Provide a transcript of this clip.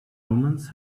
omens